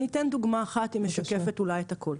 אני אתן דוגמא אחת, היא משקפת את הכל.